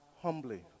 humbly